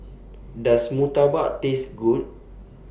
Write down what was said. Does Murtabak Taste Good